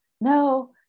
no